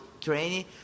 training